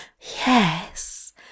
Yes